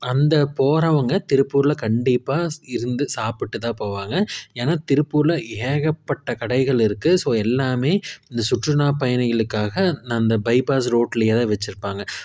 அந்த போகிறவுங்க திருப்பூரில் கண்டிப்பாக இருந்து சாப்பிட்டுதான் போவாங்க ஏனால் திருப்பூரில் ஏகப்பட்ட கடைகள் இருக்குது ஸோ எல்லாமே இந்த சுற்றுலா பயணிகளுக்காக நா இந்த பைபாஸ் ரோட்டிலயேதான் வெச்சுருப்பாங்க